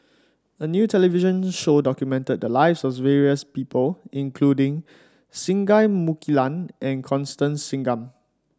a new television show documented the lives of various people including Singai Mukilan and Constance Singam